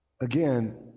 again